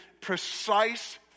precise